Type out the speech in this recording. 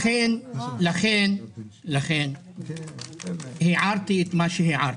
לכן הערתי את מה שהערתי.